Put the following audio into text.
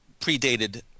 predated